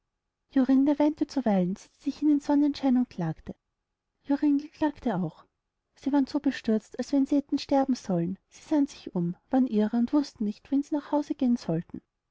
jorinde weinte zuweilen setzte sich hin in sonnenschein und klagte joringel klagte auch sie waren so bestürzt als wenn sie hätten sterben sollen sie sahen sich um waren irre und wußten nicht wohin sie nach hause gehen sollten